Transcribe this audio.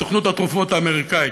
סוכנות התרופות האמריקנית,